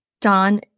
Don